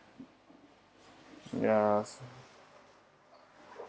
ya so